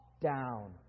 down